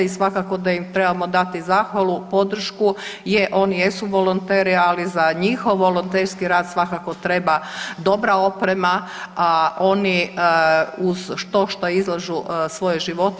I svakako da im trebamo dati zahvalu, podršku, je oni jesu volonteri ali za njihov volonterski rad svakako treba dobra oprema, oni uz štošta izlažu svoje živote.